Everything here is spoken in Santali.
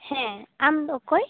ᱦᱮᱸ ᱟᱢᱫᱚ ᱚᱠᱚᱭ